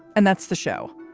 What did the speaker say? and that's the show.